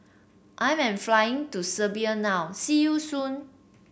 I am flying to Serbia now see you soon